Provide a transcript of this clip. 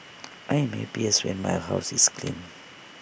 I am happiest when my house is clean